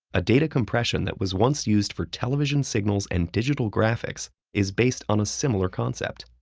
a data compression that was once used for television signals and digital graphics, is based on a similar concept.